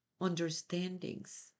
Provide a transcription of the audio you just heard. understandings